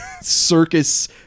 circus